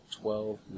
twelve